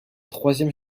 troisième